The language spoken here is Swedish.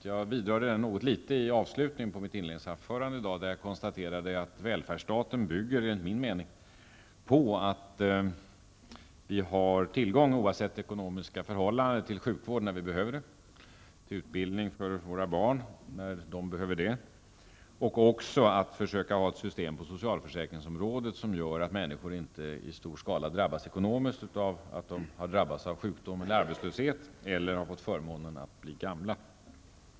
Jag vidrörde den frågan något i avslutningen på mitt inledningsanförande, där jag konstaterade att välfärdsstaten bygger på att vi har tillgång, oavsett ekonomiska förhållanden, till sjukvård när vi behöver det, till utbildning för våra barn när de behöver det, och på att det finns ett system på socialförsäkringsområdet som gör att människor inte i stor skala lider ekonomiskt av att de har drabbats av sjukdom eller arbetslöshet eller haft förmånen att bli att gamla.